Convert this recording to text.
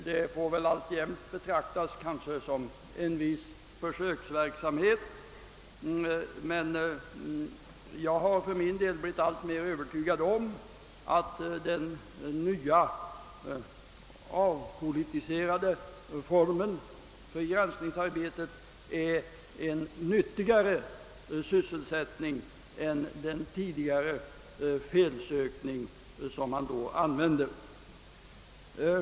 Det får kanske alltjämt anses röra sig om ett försök, men för min del har jag blivit alltmer övertygad om att den nya, avpolitiserade formen för granskningsarbetet är nyttigare än den tidigare som grundade sig på felsökning.